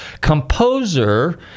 composer